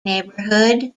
neighbourhood